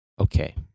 Okay